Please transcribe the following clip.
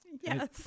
Yes